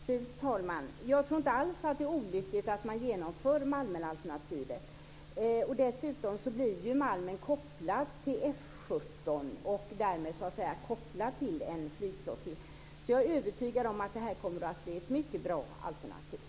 Fru talman! Jag tror inte alls att det är olyckligt att man genomför Malmenalternativet. Dessutom blir Malmen kopplad till F 17 och därmed till en flygflottilj. Jag är övertygad om att det här kommer att bli ett mycket bra alternativ.